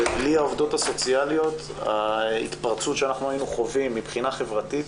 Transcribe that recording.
ובלי העובדות הסוציאליות ההתפרצות שאנחנו היינו חווים מבחינה חברתית